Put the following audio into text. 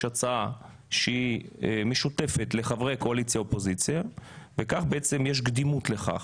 הצעה שהיא משותפת לחברי הקואליציה-אופוזיציה ויש קדימות לכך.